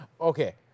Okay